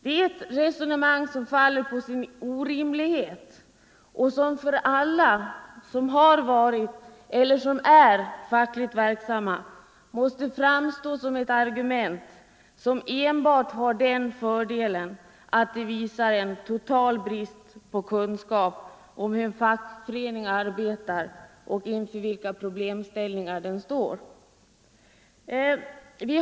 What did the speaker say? Det är ett resonemang som faller på sin egen orimlighet och som för alla som varit eller som är fackligt verksamma måste framstå som ett argument med den enda fördelen att det visar en total brist på kunskap om hur en fackförening arbetar och inför vilka problemställningar den ställs.